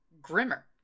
grimmer